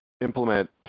implement